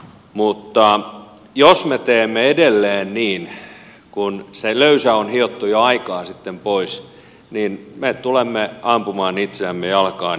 mutta jos me teemme edelleen niin kun se löysä on hiottu jo aikaa sitten pois niin me tulemme ampumaan itseämme jalkaan